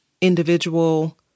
individual